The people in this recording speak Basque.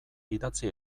idatzi